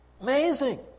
Amazing